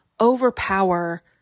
overpower